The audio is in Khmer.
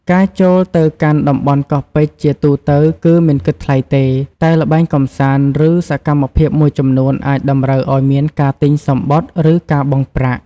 ការចូលទៅកាន់តំបន់កោះពេជ្រជាទូទៅគឺ មិនគិតថ្លៃទេ តែល្បែងកម្សាន្ត ឬសកម្មភាពមួយចំនួនអាចតម្រូវឱ្យមានការទិញសំបុត្រ ឬការបង់ប្រាក់។